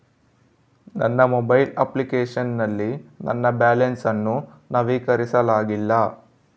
ನನ್ನ mobile application ನಲ್ಲಿ ನನ್ನ ಬ್ಯಾಲೆನ್ಸ್ ಅನ್ನು ನವೀಕರಿಸಲಾಗಿಲ್ಲ